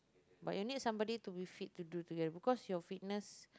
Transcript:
but you need somebody to be fit to do together because your fitness